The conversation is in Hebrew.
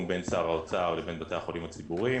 בין שר האוצר לבין בתי החולים הציבוריים